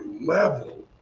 level